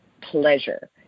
pleasure